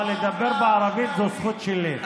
אבל לדבר בערבית זה הזכות שלי,